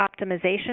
optimization